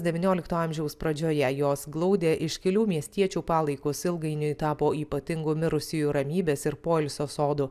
devyniolikto amžiaus pradžioje jos glaudė iškilių miestiečių palaikus ilgainiui tapo ypatingu mirusiųjų ramybės ir poilsio sodu